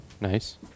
Nice